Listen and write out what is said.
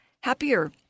happier